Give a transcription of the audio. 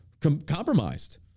compromised